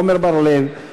עמר בר-לב,